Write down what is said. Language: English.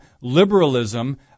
liberalism